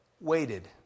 waited